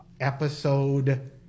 episode